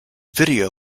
video